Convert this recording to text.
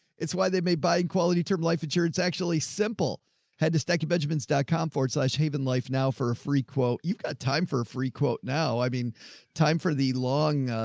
it's why they may buy in quality term life insurance. actually simple head to stacie, benjamins dot com forward slash haven life. now for a free quote, you've got time for a free quote. now, i mean time for the long,